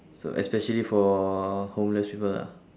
so especially for homeless people ah